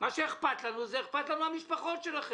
אכפת לנו מהמשפחות שלכם,